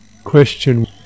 question